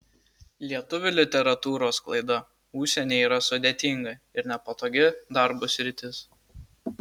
lietuvių literatūros sklaida užsienyje yra sudėtinga ir nepatogi darbui sritis